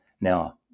Now